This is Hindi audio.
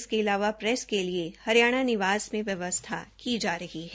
इसके लिए प्रैस के लिए हरियाणा निवास में व्यवसथा की जा रही है